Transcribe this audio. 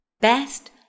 Best